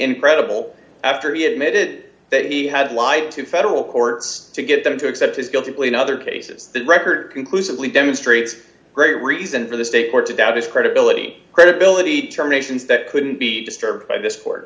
incredible after he admitted that he had lied to federal courts to get them to accept his guilty plea in other cases the record conclusively demonstrates a great reason for the state court to doubt his credibility credibility terminations that couldn't be disturbed by th